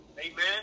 amen